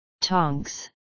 Tonks